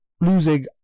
losing